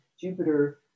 Jupiter